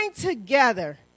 together